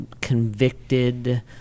convicted